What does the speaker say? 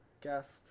guest